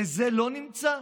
לזה לא נמצא?